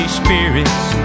spirits